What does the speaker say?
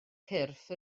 cyrff